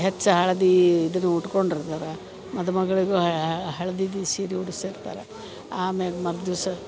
ಹೆಚ್ಚು ಹಳದಿ ಇದನ್ನು ಉಟ್ಕೊಂಡು ಇರ್ತಾರ ಮದುಮಗಳಿಗೂ ಹಳ್ದಿದು ಸೀರೆ ಉಡ್ಸಿರ್ತಾರೆ ಆಮ್ಯಾಲ್ ಮರುದಿವ್ಸ